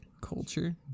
culture